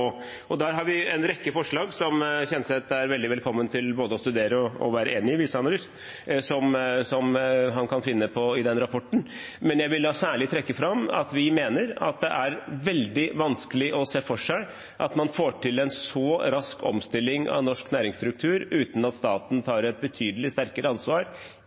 Der har vi en rekke forslag som Kjenseth er veldig velkommen til å studere og være enig i – hvis han har lyst – og som han kan finne i rapporten. Jeg vil særlig trekke fram at det er veldig vanskelig å se for seg at man får til en så rask omstilling av norsk næringsstruktur uten at staten tar et betydelig sterkere ansvar